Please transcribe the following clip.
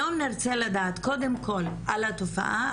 היום נרצה לדעת קודם כל על התופעה,